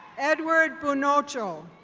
edward bunocho.